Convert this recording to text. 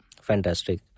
Fantastic